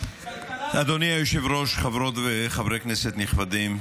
אדוני היושב-ראש, חברות וחברי כנסת נכבדים,